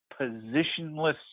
positionless